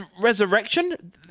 resurrection